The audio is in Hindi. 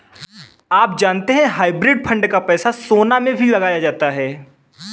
आप जानते है हाइब्रिड फंड का पैसा सोना में भी लगाया जाता है?